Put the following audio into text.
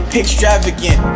extravagant